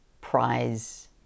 prize